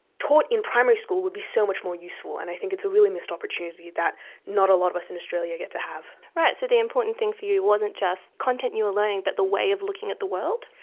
taught in primary school would be so much more useful, and i think it's a really missed opportunity that not a lot of us in australia get to have. right, so the important thing for you wasn't just content you were learning but the way of looking at the world.